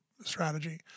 strategy